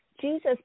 Jesus